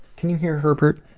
can you hear herbert?